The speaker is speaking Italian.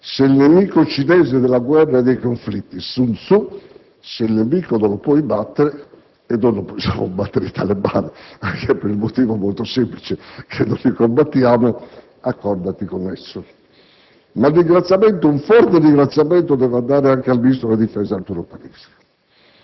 teorico cinese della guerra e dei conflitti Sun Tzu: «Se il nemico non lo puoi battere - e noi non possiamo battere i talebani per il motivo molto semplice che non li combattiamo - accordati con esso». Ma un forte ringraziamento deve andare anche al ministro della difesa Arturo Parisi,